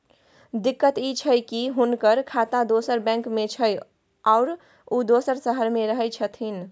दिक्कत इ छै की हुनकर खाता दोसर बैंक में छै, आरो उ दोसर शहर में रहें छथिन